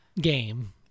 game